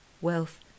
wealth